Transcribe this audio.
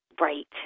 Right